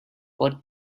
what